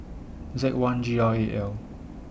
Z one G R eight L